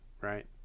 right